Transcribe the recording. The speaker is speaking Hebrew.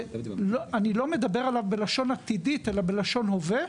שאני לא מדבר עליו בלשון עתידית אלא בלשון הווה,